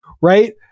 Right